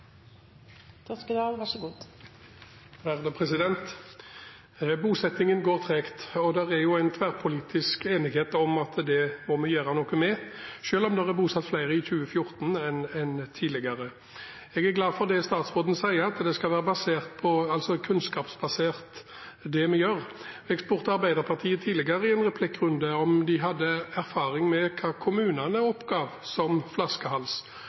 en tverrpolitisk enighet om at det må vi gjøre noe med, selv om det er bosatt flere i 2014 enn tidligere. Jeg er glad for det statsråden sier, at det skal være kunnskapsbasert det vi gjør. Jeg spurte Arbeiderpartiet tidligere i en replikkrunde om de hadde erfaring med hva kommunene oppga som flaskehals.